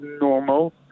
normal